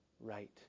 right